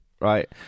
right